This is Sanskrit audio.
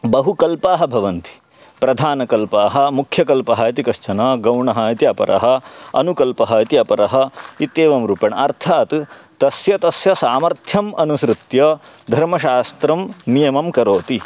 बहु कल्पाः भवन्ति प्रधानकल्पाः मुख्यकल्पः इति कश्चन गौणः इति अपरः अनुकल्पः इति अपरः इत्येवं रूपेण अर्थात् तस्य तस्य सामर्थ्यम् अनुसृत्य धर्मशास्त्रं नियमं करोति